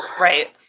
Right